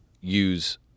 use